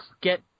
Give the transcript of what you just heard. get